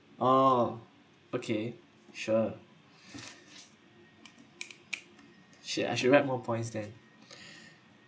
oh okay sure she and she rapped more points then